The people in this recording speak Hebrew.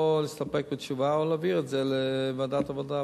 או להסתפק בתשובה או להעביר את זה לוועדת העבודה,